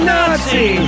Nazi